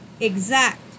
exact